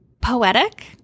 poetic